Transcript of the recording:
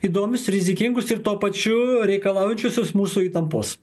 įdomius rizikingus ir tuo pačiu reikalaujančiuosius mūsų įtampos